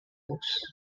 post